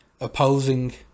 opposing